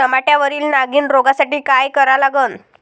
टमाट्यावरील नागीण रोगसाठी काय करा लागन?